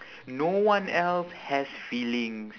no one else has feelings